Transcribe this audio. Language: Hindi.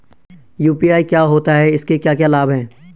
यु.पी.आई क्या होता है इसके क्या क्या लाभ हैं?